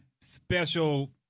Special